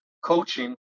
coaching